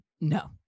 no